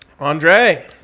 Andre